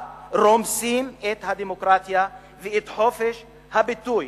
רומסים את הדמוקרטיה ואת חופש הביטוי.